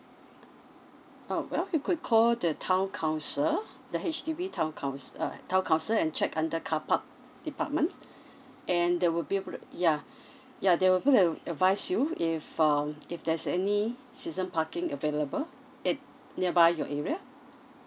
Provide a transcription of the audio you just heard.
oh well you could call the town council the H_D_B town coun~ uh town council and check under car park department and they will be able to yeah they'll be able to advise you if um if there's any season parking available a~ nearby your area